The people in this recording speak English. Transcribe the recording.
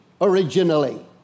originally